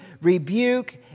rebuke